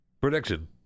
prediction